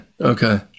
okay